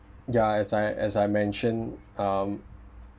ya as I as I mentioned um